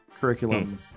curriculum